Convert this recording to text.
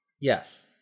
yes